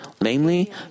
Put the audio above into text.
namely